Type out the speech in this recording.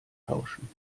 tauschen